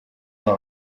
aya